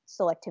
selectivity